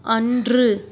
அன்று